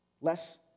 less